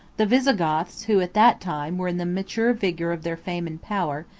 the visigoths, who, at that time, were in the mature vigor of their fame and power,